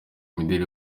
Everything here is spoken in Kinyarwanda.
imideli